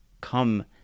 come